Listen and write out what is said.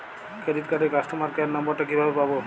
Credit কার্ডের customer care number টা কিভাবে পাবো?